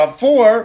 four